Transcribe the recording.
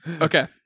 Okay